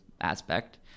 aspect-